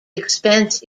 expense